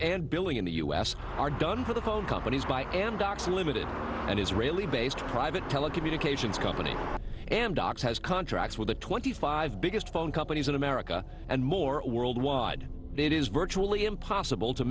and billing in the u s are done for the phone companies by amdocs a limited and israeli based private telecommunications company amdocs has contracts with the twenty five biggest phone companies in america and more worldwide it is virtually impossible to